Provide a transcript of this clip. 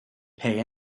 pay